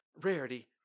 Rarity